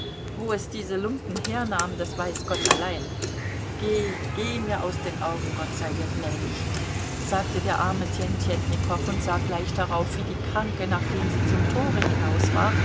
wo es diese lumpen hernahm das weiß gott allein geh geh mir aus den augen gott sei dir gnädig sagte der arme tjentjetnikow und sah gleich darauf wie die kranke nachdem sie zum tore hinaus war